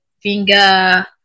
finger